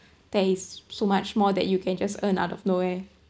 there is so much more that you can just earn out of nowhere